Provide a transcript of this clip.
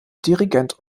dirigent